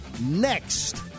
Next